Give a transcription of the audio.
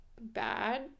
bad